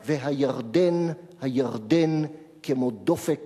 ישימונה./ והירדן, הירדן, כמו דופק